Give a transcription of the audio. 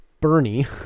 Bernie